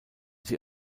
sie